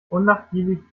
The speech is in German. unnachgiebig